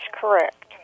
correct